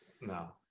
No